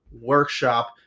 Workshop